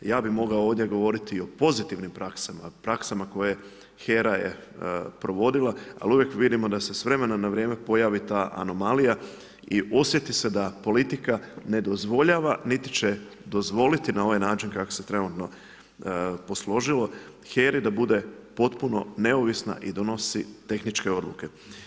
Ja bih mogao ovdje govoriti i o pozitivnim praksama, praksama koje HERA je provodila, ali uvijek vidimo da se s vremena na vrijeme pojavi ta anomalija i osjeti se da politika ne dozvoljava, niti će dozvoliti na ovaj način kako se trenutno posložilo, HERA-i da bude potpuno neovisna i donosi tehničke odluke.